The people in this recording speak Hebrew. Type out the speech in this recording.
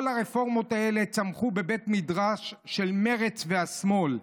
כל הרפורמות האלה צמחו בבית מדרש של מרצ והשמאל,